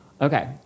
Okay